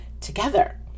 together